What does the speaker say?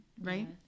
right